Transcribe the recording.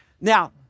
Now